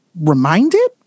reminded